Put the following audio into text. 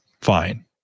fine